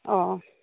অঁ